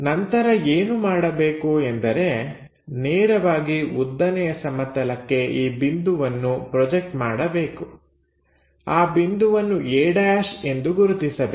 ನಂತರ ಏನು ಮಾಡಬೇಕು ಎಂದರೆ ನೇರವಾಗಿ ಉದ್ದನೆಯ ಸಮತಲಕ್ಕೆ ಈ ಬಿಂದುವನ್ನು ಪ್ರೊಜೆಕ್ಟ್ ಮಾಡಬೇಕು ಆ ಬಿಂದುವನ್ನು a' ಎಂದು ಗುರುತಿಸಬೇಕು